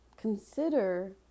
Consider